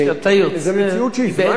זו מציאות שהזמנו אותה?